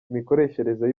imikoreshereze